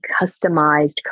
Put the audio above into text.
customized